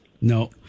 No